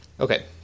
Okay